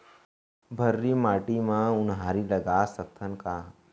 भर्री माटी म उनहारी लगा सकथन का?